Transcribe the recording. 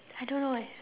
I don't know eh